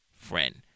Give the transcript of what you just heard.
friend